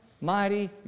mighty